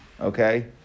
okay